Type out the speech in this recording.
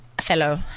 fellow